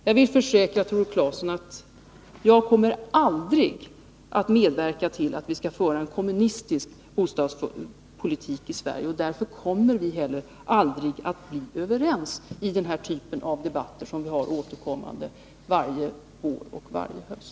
Jag kan försäkra Tore Claeson att jag aldrig kommer att medverka till att vi skall föra en kommunistisk bostadspolitik i Sverige. Därför kommer vi aldrig att bli överens i den här typen av debatter som vi har varje vår och varje höst.